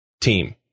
team